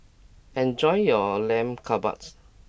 enjoy your Lamb Kebabs